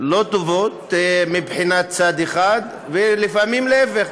לא טובות מבחינת צד אחד ולפעמים להפך.